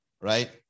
Right